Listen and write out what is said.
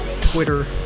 Twitter